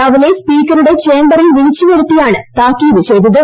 രാപ്പില്ലെ സ്പീക്കറുടെ ചേംബറിൽ വിളിച്ച് വരുത്തിയാണ് താക്കീത് ചെയ്തത്